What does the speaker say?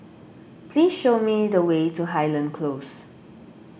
please show me the way to Highland Close